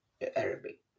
Arabic